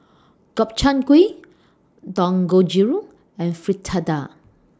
Gobchang Gui Dangojiru and Fritada